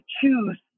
choose